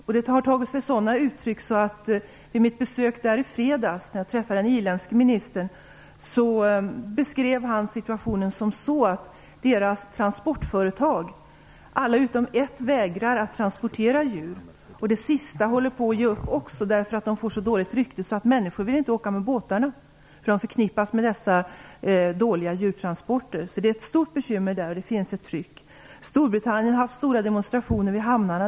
Det har där tagit sig sådana uttryck att vid mitt besök där i fredags då jag träffade den irländske ministern beskrev han situationen som så, att alla utom ett av deras transportföretag vägrar att transportera djur. Det sista företaget håller också på att ge upp. Det får så dåligt rykte att människor inte vill åka med båtarna eftersom de förknippas med dessa dåliga djurstransporter. Det är ett stort bekymmer där, och det finns ett tryck. Vi har sett att Storbritannien har haft stora demonstrationer vid hamnarna.